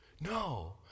No